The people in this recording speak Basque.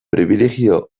pribilegio